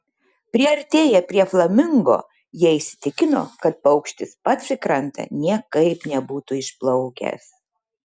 priartėję prie flamingo jie įsitikino kad paukštis pats į krantą niekaip nebūtų išplaukęs